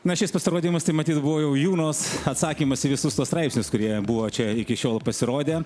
na šis pasirodymas tai matyt buvo jau junos atsakymas į visus tuos straipsnius kurie buvo čia iki šiol pasirodę